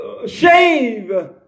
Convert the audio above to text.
Shave